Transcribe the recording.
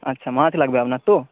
আচ্ছা মাছ লাগবে আপনার তো